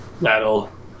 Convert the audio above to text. that'll